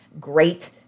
great